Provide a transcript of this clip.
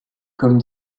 comme